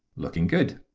looking good.